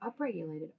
upregulated